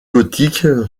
gothique